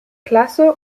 klasse